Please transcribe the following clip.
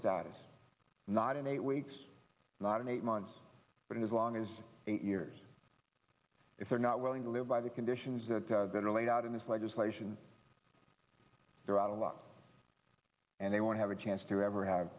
status not in eight weeks not in eight months but as long as eight years if they're not willing to live by the conditions that they're laid out in this legislation there are a lot and they won't have a chance to ever have